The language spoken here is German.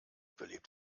belebt